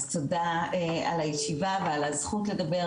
אז תודה על הישיבה ועל הזכות לדבר,